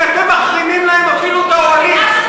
כי אתם מחרימים להם אפילו את האוהלים,